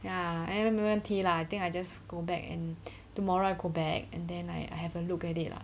ya 应该没问题 lah I think I just go back and tomorrow I go back and then I I have a look at it lah